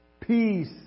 peace